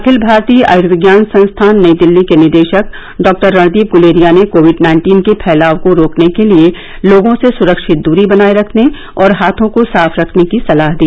अखिल भारतीय आयूर्विज्ञान संस्थान नई दिल्ली के निदेशक डॉ रणदीप गुलेरिया ने कोविड नाइन्टीन के फैलाव को रोकने के लिए लोगों से सुरक्षित दूरी बनाए रखने और हाथों को साफ रखने की सलाह दी